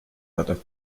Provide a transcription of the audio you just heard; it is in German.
hatte